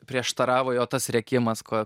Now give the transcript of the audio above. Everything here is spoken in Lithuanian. prieštaravo jo tas rėkimas ko